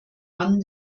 mann